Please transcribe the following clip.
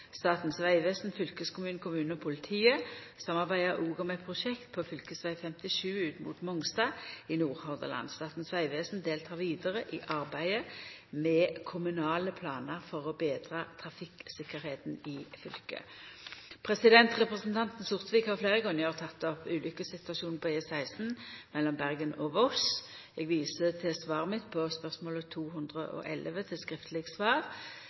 Statens vegvesen, fylkeskommunen, kommunen og politiet samarbeider òg om eit prosjekt på fv. 57 – ut mot Mongstad – i Nordhordland. Statens vegvesen deltek vidare i arbeidet med kommunale planar for å betra trafikktryggleiken i fylket. Representanten Sortevik har fleire gonger teke opp ulukkessituasjonen på E16 mellom Bergen og Voss. Eg viser til svaret mitt på spørsmål nr. 211 til skriftleg svar.